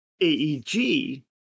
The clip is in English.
AEG